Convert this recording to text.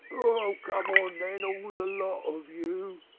oh, come on then all the lot of you!